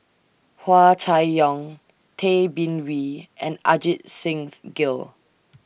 Hua Chai Yong Tay Bin Wee and Ajit Singh Gill